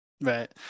Right